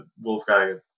Wolfgang